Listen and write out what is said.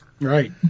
Right